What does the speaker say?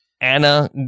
Anna